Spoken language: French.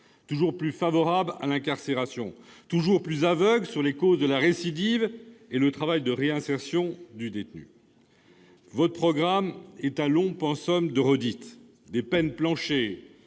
toujours plus favorable à l'incarcération, toujours plus aveugle sur les causes de la récidive et le travail de réinsertion du détenu ? Votre programme est un long pensum de redites : des peines planchers,